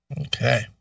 okay